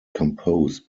composed